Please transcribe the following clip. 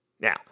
Now